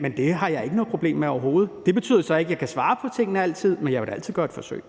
Men det har jeg ikke noget problem med overhovedet. Det betyder så ikke, at jeg altid kan svare på tingene. Men jeg vil da altid gøre et forsøg.